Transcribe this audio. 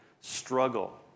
struggle